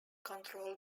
control